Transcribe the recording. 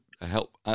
help